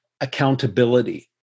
accountability